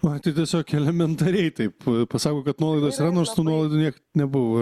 man tai tiesiog elementariai taip pasako kad nuolaidos yra nors tų nuolaidų niekad nebuvo